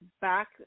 back